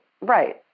Right